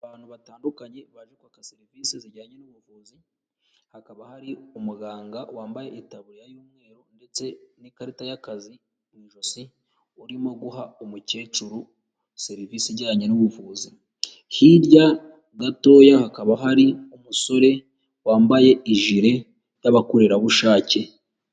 Abantu batandukanye baje kwaka serivisi zijyanye n'ubuvuzi hakaba hari umuganga wambaye itaburiya y'umweru ndetse n'ikarita y'akazi mu ijosi urimo guha umukecuru serivisi ijyanye n'ubuvuzi, hirya gatoya hakaba hari umusore wambaye ijire y'abakorerabushake.